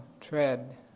Tread